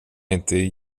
inte